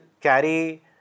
carry